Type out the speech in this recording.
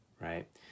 right